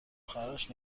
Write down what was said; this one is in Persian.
خواهرش